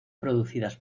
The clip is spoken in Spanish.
producidas